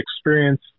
experience